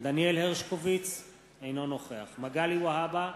דניאל הרשקוביץ, אינו נוכח מגלי והבה,